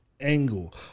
angle